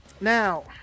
Now